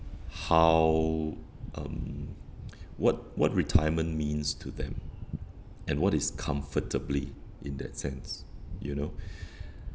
how um what what retirement means to them and what is comfortably in that sense you know